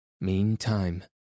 Meantime